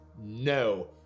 no